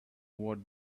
what